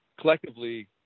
collectively